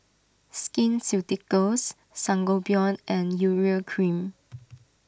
Skin Ceuticals Sangobion and Urea Cream